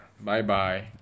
Bye-bye